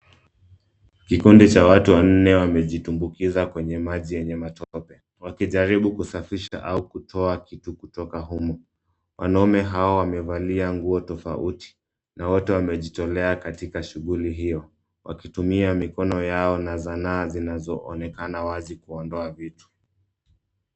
Kikundi cha watu wanne wamejitumbukiza kwenye maji yenye matope wakijaribu kusafisha au kutoa kitu kutoka humo. Wanaume hao wamevalia nguo tofauti, na wote wamejitolea katika shughuli hio, wakitumia mikono yao na zanaa zinazoonekana wazi kuondoa vitu.